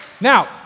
now